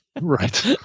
Right